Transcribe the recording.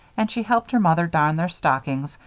and she helped her mother darn their stockings,